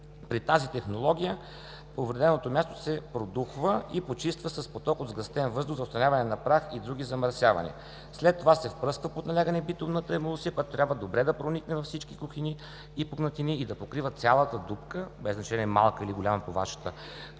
При тази технология повреденото място се продухва и почиства с поток от сгъстен въздух за отстраняване на прах и други замърсявания. След това се впръсква под налягане битумната емулсия, която трябва добре да проникне във всички кухини и пукнатини и да покрива цялата дупка, без значение малка или голяма по Вашата